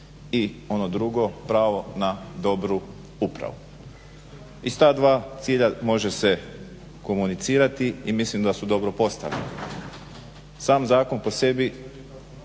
i ono drugo, pravo na dobru upravu. Iz ta dva cilja može se komunicirati i mislim da su dobro postavljeni. Sam zakon po sebi